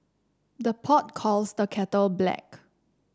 the pot calls the kettle black